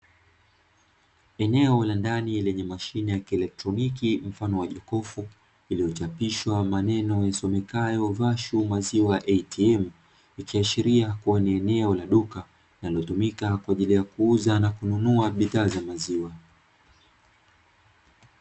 Eneo la ndani lenye mashine ya kielektroniki mfano wa jokofu iliyochapishwa maneno yasomekayo "Vashu maziwa ATM", ikiashiria kuwa ni eneo la duka linalotumika kwa ajili ya kuuza na kununua bidhaa za maziwa.